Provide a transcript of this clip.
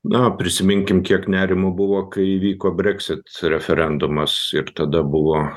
na prisiminkim kiek nerimo buvo kai įvyko brexit referendumas ir tada buvo